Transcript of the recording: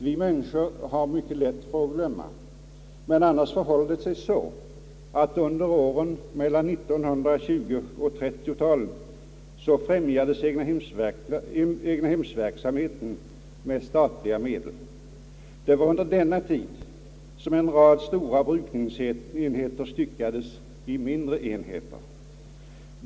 Vi människor har så lätt för att glömma, men annars förhöll det sig så att under 1920—1930-talen främjades egnahemsverksamheten med statliga medel. Under denna tid styckades en rad stora brukningsenheter i mindre enheter.